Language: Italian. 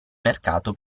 mercato